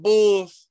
Bulls